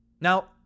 Now